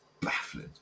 baffling